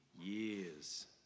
years